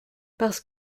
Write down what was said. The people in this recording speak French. parce